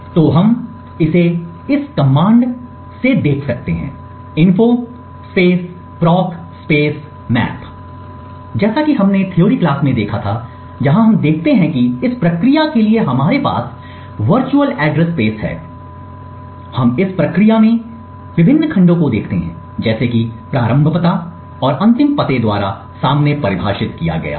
तो हम इसे इस कमांड info proc map से देख सकते हैं जैसा कि हमने थ्योरी क्लास में देखा था जहां हम देखते हैं की इस प्रक्रिया के लिए हमारे पास वर्चुअल एड्रेस स्पेस है हम इस प्रक्रिया में विभिन्न खंडों को देखते हैं जैसे कि प्रारंभ पता और अंतिम पते द्वारा सामने परिभाषित किया गया है